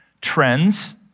trends